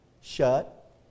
Shut